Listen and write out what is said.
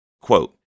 quote